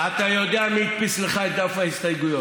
אתה יודע מי הדפיס לך את דף ההסתייגויות.